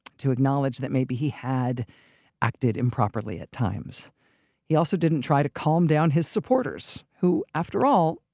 to acknowledge that maybe he had acted improperly at times he also didn't try to calm down his supporters who, after all,